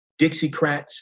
Dixiecrats